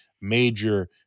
Major